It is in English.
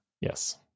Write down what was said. Yes